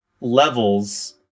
levels